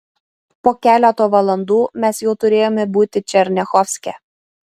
po keleto valandų mes jau turėjome būti černiachovske